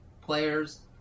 players